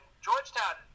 georgetown